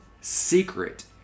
secret